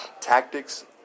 tactics